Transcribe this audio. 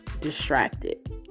distracted